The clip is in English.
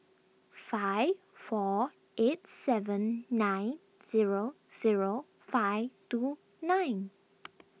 five four eight seven nine zero zero five two nine